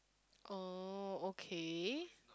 oh okay